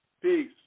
Peace